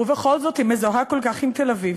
ובכל זאת היא מזוהה כל כך עם תל-אביב.